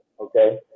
okay